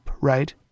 right